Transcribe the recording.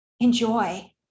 enjoy